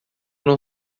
não